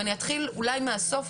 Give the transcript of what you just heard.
ואני אתחיל אולי מהסוף,